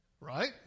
Right